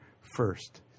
first